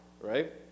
right